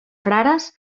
frares